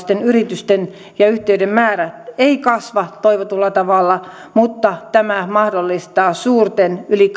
keskisuurten yritysten määrä ei kasva toivotulla tavalla mutta että tämä mahdollistaa suurten yli